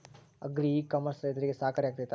Agri e commerce ರೈತರಿಗೆ ಸಹಕಾರಿ ಆಗ್ತೈತಾ?